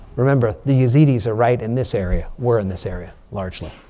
remember, the yazidis are right in this area. we're in this area largely.